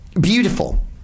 beautiful